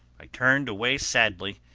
i turned away sadly,